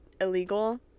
illegal